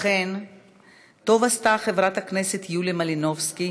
לכן טוב עשתה חברת הכנסת יוליה מלינובסקי